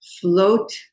float